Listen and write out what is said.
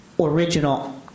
Original